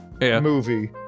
movie